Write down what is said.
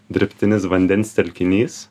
dirbtinis vandens telkinys